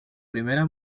primera